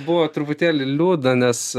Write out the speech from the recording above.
buvo truputėlį liūdna nes